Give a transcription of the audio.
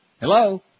Hello